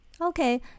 Okay